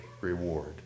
reward